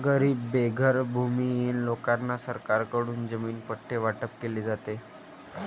गरीब बेघर भूमिहीन लोकांना सरकारकडून जमीन पट्टे वाटप केले जाते